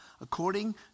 according